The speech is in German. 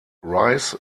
rice